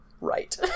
right